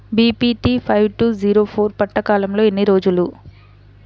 BPT five two zero four పంట కాలంలో ఎన్ని రోజులు?